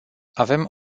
avem